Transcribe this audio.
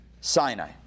Sinai